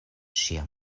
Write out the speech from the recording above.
ŝia